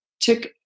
took